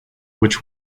which